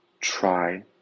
try